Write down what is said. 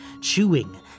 chewing